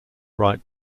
write